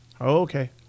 Okay